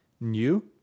new